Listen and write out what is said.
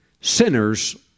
sinners